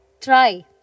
try